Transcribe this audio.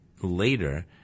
later